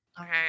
Okay